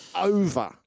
over